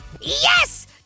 Yes